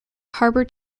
harbour